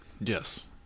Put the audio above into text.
yes